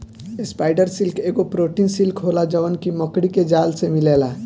spider silk एगो protein silk होला जवन की मकड़ी के जाल से मिलेला